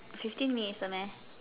fifteen minutes 了 meh